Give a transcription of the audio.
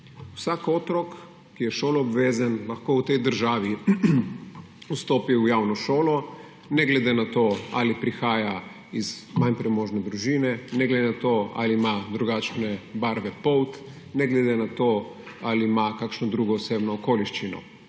Vsak otrok, ki je šoloobvezen, lahko v tej državi vstopi v javno šolo, ne glede na to, ali prihaja iz manj premožne družine, ne glede na to, ali ima drugačne barve polt, ne glede na to, ali ima kakšno drugo osebno okoliščino.